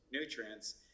nutrients